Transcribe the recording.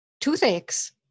Toothaches